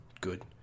good